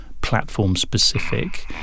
platform-specific